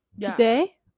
Today